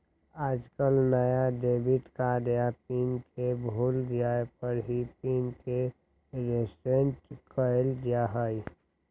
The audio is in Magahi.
आजकल नया डेबिट कार्ड या पिन के भूल जाये पर ही पिन के रेसेट कइल जाहई